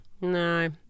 No